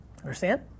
Understand